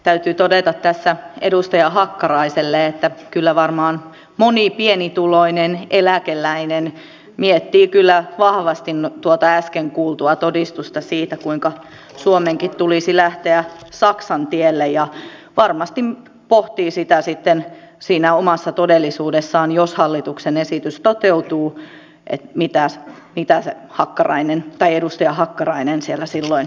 täytyy todeta tässä edustaja hakkaraiselle että kyllä varmaan moni pienituloinen eläkeläinen miettii vahvasti tuota äsken kuultua todistusta siitä kuinka suomenkin tulisi lähteä saksan tielle ja varmasti pohtii sitä sitten siinä omassa todellisuudessaan jos hallituksen esitys toteutuu että mitä edustaja hakkarainen siellä silloin tarkoitti